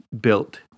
built